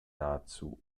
nahezu